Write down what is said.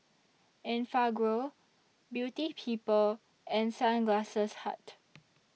Enfagrow Beauty People and Sunglass Hut